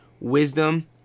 Wisdom